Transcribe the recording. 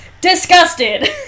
disgusted